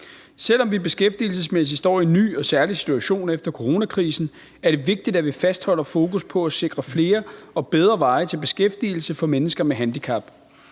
Selv om vi beskæftigelsesmæssigt står i en ny og særlig situation efter coronakrisen, er det vigtigt, at vi fastholder fokus på at sikre flere bedre veje til beskæftigelse for mennesker med handicap,